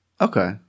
Okay